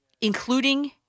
including